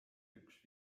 üks